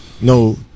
no